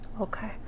Okay